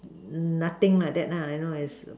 nothing like that lah you know it's